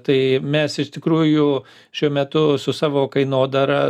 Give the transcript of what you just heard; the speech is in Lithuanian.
tai mes iš tikrųjų šiuo metu su savo kainodara